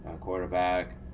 quarterback